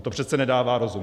To přece nedává rozum.